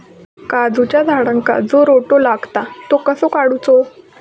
काजूच्या झाडांका जो रोटो लागता तो कसो काडुचो?